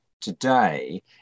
today